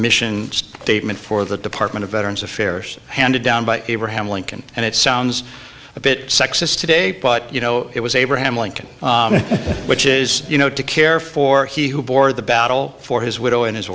mission statement for the department of veterans affairs handed down by abraham lincoln and it sounds a bit sexist today but you know it was abraham lincoln which is you know to care for he who bore the battle for his widow and his